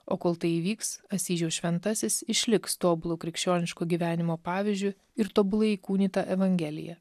o kol tai įvyks asyžiaus šventasis išliks tobulu krikščioniško gyvenimo pavyzdžiu ir tobulai įkūnyta evangelija